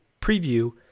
preview